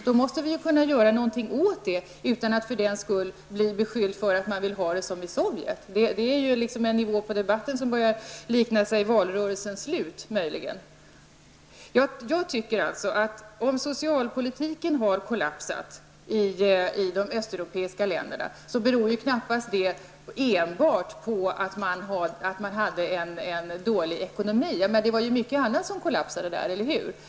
Vi måste då kunna göra något åt det utan att för den skull bli beskyllda för att vi vill ha det som i Sovjet. Det är en debattnivå som möjligen börjar likna hur det låter i valrörelsens slut. Om socialpolitiken har kollapsat i de östeuropeiska länderna, beror det knappast enbart på att man hade en dålig ekonomi. Det var mycket annat som kollapsade där, eller hur?